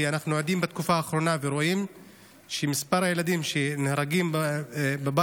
כי אנחנו עדים בתקופה האחרונה למספר הילדים שנהרגים בבית,